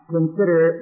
Consider